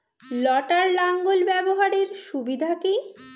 লটার লাঙ্গল ব্যবহারের সুবিধা কি?